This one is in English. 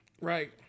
Right